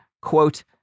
quote